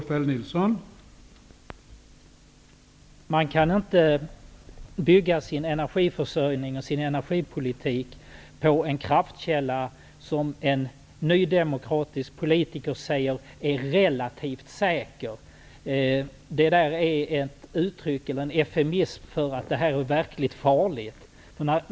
Herr talman! Man kan inte bygga sin energiförsörjning och sin energipolitik på en kraftkälla som en nydemokratisk politiker säger är relativt säker. Det är en eufemism för att detta är verkligt farligt.